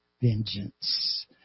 vengeance